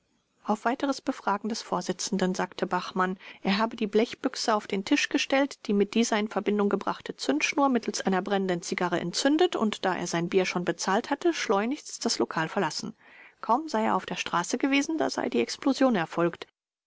auf weiteres befragen des vorsitzenden sagte bachmann er habe die blechbüchse auf den tisch gestellt die mit dieser in verbindung gebrachte zündschnur mittels einer brennenden zigarre entzündet und da er sein bier schon bezahlt hatte schleunigst das lokal verlassen kaum sei er auf der straße gewesen da sei die explosion erfolgt